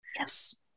yes